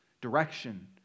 Direction